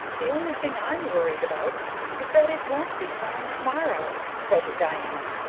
the only thing i'm worried about is that it won't be fine tomorrow, said diana.